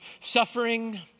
suffering